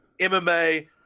MMA